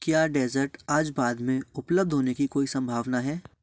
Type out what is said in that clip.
क्या डेसर्ट आज बाद में उपलब्ध होने की कोई संभावना है